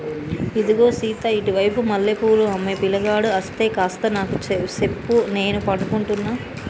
ఇగో సీత ఇటు వైపు మల్లె పూలు అమ్మే పిలగాడు అస్తే కాస్త నాకు సెప్పు నేను పడుకుంటున్న